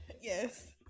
Yes